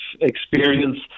experience